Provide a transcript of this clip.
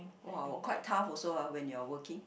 !wow! quite tough also ah when you're working